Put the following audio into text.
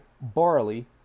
barley